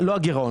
לא הגרעון.